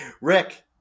Rick